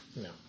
No